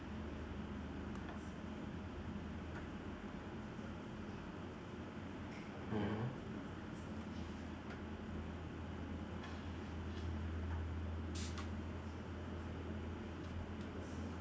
mmhmm